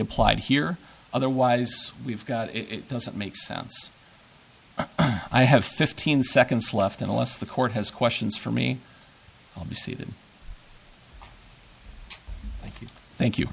applied here otherwise we've got it doesn't make sense i have fifteen seconds left unless the court has questions for me i'll be seated thank you thank you